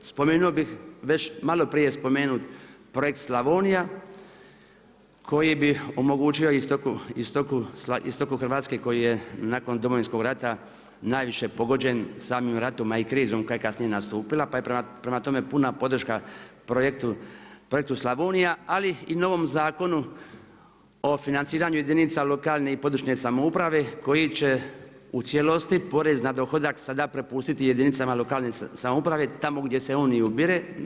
Spomenuo bih već malo prije spomenut projekt Slavonija koji bi omogućio istoku Hrvatske koji je nakon Domovinskog rata najviše pogođen samim ratom, a i krizom koja je kasnije nastupila, pa je prema tome puna podrška projektu Slavonija, ali i novog zakonu o financiranju jedinica lokalne i područne samouprave koji će u cijelosti porez na dohodak sad prepustiti jedinicama lokalne samouprave, tamo gdje se on i ubire.